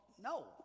no